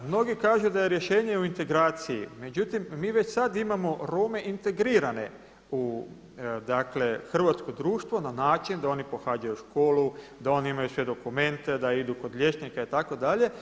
Mnogi kažu da je rješenje u integraciji, međutim mi već sad imamo Rome integrirane u hrvatsko društvo na način da oni pohađaju školu, da oni imaju sve dokumente, da idu kod liječnika itd.